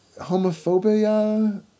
homophobia